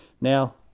Now